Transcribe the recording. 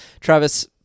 Travis